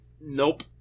Nope